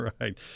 right